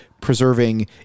preserving